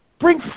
Bring